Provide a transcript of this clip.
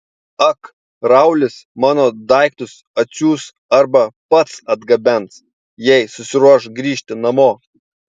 ak raulis mano daiktus atsiųs arba pats atgabens jei susiruoš grįžti namo